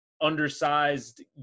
undersized